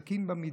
סכין במטבח.